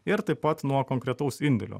ir taip pat nuo konkretaus indėlio